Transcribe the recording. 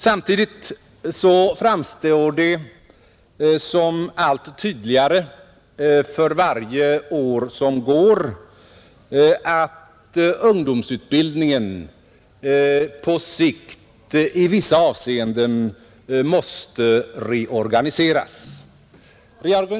Samtidigt framstår det allt tydligare för varje år som går att ungdomsutbildningen på sikt i vissa avseenden måste reorganiseras.